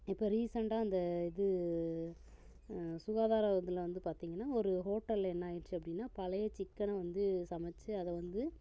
இப்போ ரீசெண்டாக இந்த இது சுகாதார இதில் வந்து பார்த்திங்கனா ஒரு ஹோட்டலில் என்ன ஆயிடுச்சி அப்படின்னா பழைய சிக்கனை வந்து சமைச்சி அதை வந்து